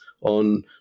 on